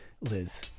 Liz